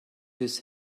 his